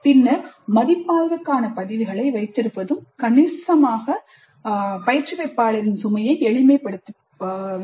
பின்னர் மதிப்பாய்வுக்கான பதிவுகளை வைத்திருப்பதும் கணிசமாக எளிமைப்படுத்தப்பட்டு விடும்